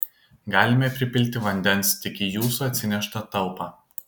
galime pripilti vandens tik į jūsų atsineštą talpą